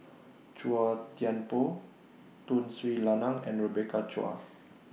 Chua Thian Poh Tun Sri Lanang and Rebecca Chua